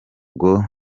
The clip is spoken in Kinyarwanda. ngo